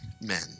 men